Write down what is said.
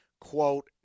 quote